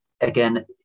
again